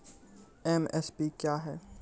MSP क्या है?